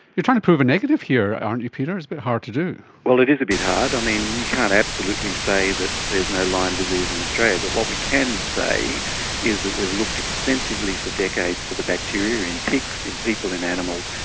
you're trying to prove a negative here, aren't you, peter? it's a bit hard to do. well, it is a bit hard, i mean, you can't absolutely say that there's no lyme disease in australia, but what we can say is that we've looked extensively for decades for the bacteria in pigs, in people, in animals,